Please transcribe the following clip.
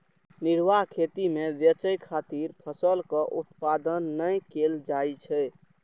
निर्वाह खेती मे बेचय खातिर फसलक उत्पादन नै कैल जाइ छै